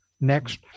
Next